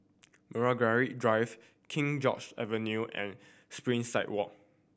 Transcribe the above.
Margaret Drive King George Avenue and Springside Walk